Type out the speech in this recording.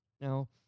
Now